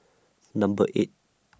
Number eight